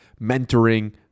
mentoring